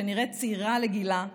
שנראית צעירה לגילה,